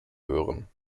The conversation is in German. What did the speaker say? hören